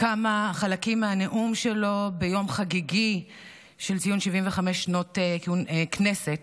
כמה חלקים מהנאום שלו ביום החגיגי של ציון 75 שנות כנסת.